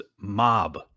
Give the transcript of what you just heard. mob